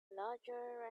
larger